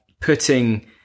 putting